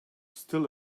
still